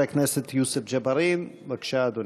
חבר הכנסת יוסף ג'בארין, בבקשה, אדוני.